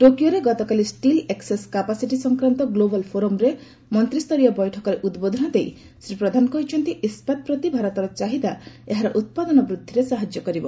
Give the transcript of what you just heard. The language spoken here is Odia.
ଟୋକିଓରେ ଆଜି ଷ୍ଟିଲ୍ ଏକ୍ଟସେସ୍ କାପାସିଟି ସଂକ୍ରାନ୍ତ ଗ୍ଲୋବାଲ୍ ଫୋରମ୍ର ମନ୍ତ୍ରୀ ସ୍ତରୀୟ ବୈଠକରେ ଉଦ୍ବୋଧନ ଦେଇ ଶ୍ରୀ ପ୍ରଧାନ କହିଛନ୍ତି ଇସ୍କାତ୍ ପ୍ରତି ଭାରତର ଚାହିଦା ଏହାର ଉତ୍ପାଦନ ବୃଦ୍ଧିରେ ସାହାଯ୍ୟ କରିବ